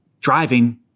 Driving